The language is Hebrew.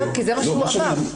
לא, כי זה מה שהוא אמר.